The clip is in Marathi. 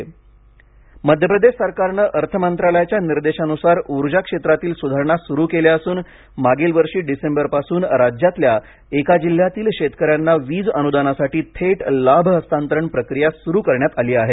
मध्य प्रदेश मध्य प्रदेश सरकारने अर्थ मंत्रालयाच्या निर्देशानुसार उर्जा क्षेत्रातील सुधारणा सुरू केल्या असून मागील वर्षी डिसेंबरपासून राज्यातल्या एका जिल्ह्यातील शेतकऱ्यांना वीज अनुदानासाठी थेट लाभ हस्तांतरण प्रक्रिया सुरू करण्यात आली आहे